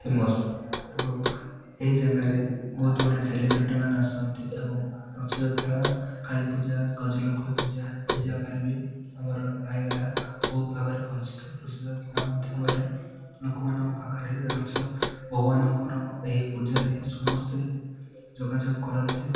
famous ଏବଂ ଏହି ଜାଗାରେ ବହୁତ ବଢ଼ିଆ ସେଲିବ୍ରିଟିମାନେ ଆସନ୍ତି ଏବଂ ରଥଯାତ୍ରା କାଳୀପୂଜା ଗଜଲକ୍ଷ୍ମୀପୂଜା ଏ ଜାଗାରେ ବି ଆମର ରାୟଗଡ଼ା ବହୁତ ଭାବରେ ପରିଚିତ ରଥଯାତ୍ରା ମାଧ୍ୟମରେ ଲୋକମାନଙ୍କ ପାଖରେ ଅଛ ଭଗବାନଙ୍କର ଏହି ପୂଜାରେ ସମସ୍ତେ ଯୋଗାଯୋଗ କରନ୍ତି